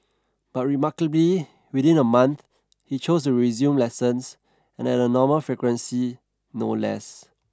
but remarkably within a month he chose to resume lessons and at a normal frequency no less